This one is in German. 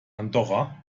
andorra